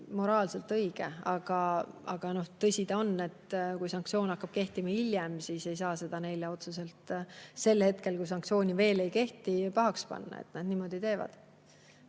moraalselt õige. Aga tõsi ta on, et kui sanktsioon hakkab kehtima hiljem, siis ei saa seda neile otseselt sel hetkel, kui sanktsioon veel ei kehti, pahaks panna, et nad niimoodi teevad.